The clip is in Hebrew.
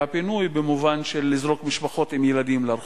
הפינוי במובן של לזרוק משפחות עם ילדים לרחוב?